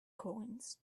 coins